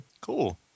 Cool